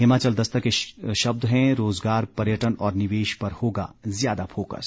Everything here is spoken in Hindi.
हिमाचल दस्तक के शब्द हैं रोज़गार पर्यटन और निवेश पर होगा ज्यादा फोकस